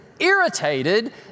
irritated